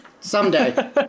Someday